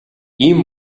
ийм